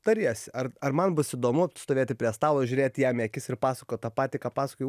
tariesi ar ar man bus įdomu stovėti prie stalo žiūrėt jam į akis ir pasakot tą patį ką pasakojai